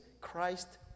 Christ